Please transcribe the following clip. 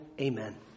amen